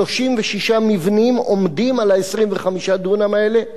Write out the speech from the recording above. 36 מבנים עומדים על 25 הדונם האלה,